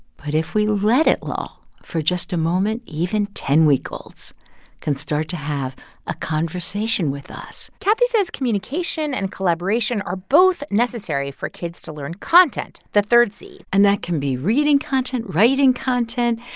but if we let it lull for just a moment, even ten week olds can start to have a conversation with us kathy says communication and collaboration are both necessary for kids to learn content, the third c and that can be reading content, writing content.